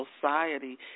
society